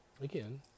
again